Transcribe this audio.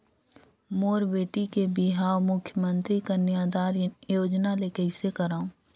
मोर बेटी के बिहाव मुख्यमंतरी कन्यादान योजना ले कइसे करव?